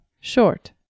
short